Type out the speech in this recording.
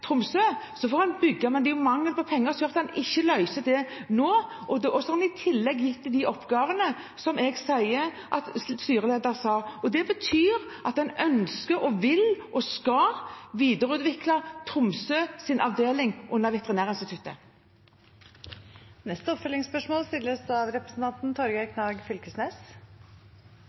Tromsø. Da får en bygge, men det er jo mangel på penger som gjør at en ikke løser det nå. Og så har en i tillegg gitt dem de oppgavene, som styrelederen sa, og det betyr at en ønsker, vil og skal videreutvikle Tromsøs avdeling under Veterinærinstituttet. Torgeir Knag Fylkesnes – til oppfølgingsspørsmål.